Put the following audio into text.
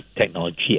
technology